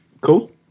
Cool